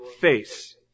face